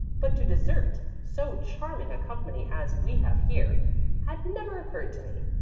but to desert so charming a company as we have here had never occurred to me.